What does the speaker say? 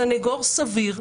לסנגור סביר.